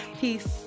Peace